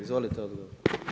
Izvolite odgovor.